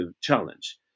challenge